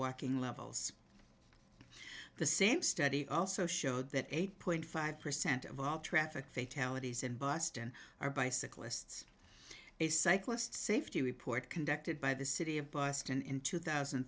working levels the same study also showed that eight point five percent of all traffic fatalities in boston are bicyclists a cyclist safety report conducted by the city of boston in two thousand